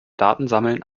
datensammeln